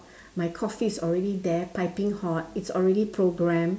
my coffee is already there piping hot it's already programmed